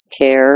Care